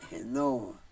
no